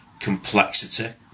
complexity